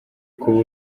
kuba